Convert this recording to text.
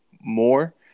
more